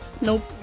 Nope